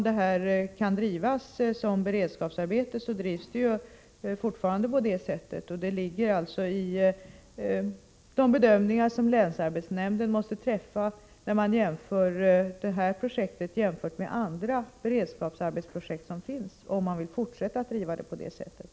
Denna verksamhet bedrivs fortfarande som beredskapsarbete, och det ankommer på länsarbetsnämnden att, vid en jämförelse med andra beredskapsarbetsprojekt, bedöma om man vill fortsätta att bedriva verksamheten på detta sätt.